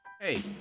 hey